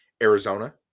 Arizona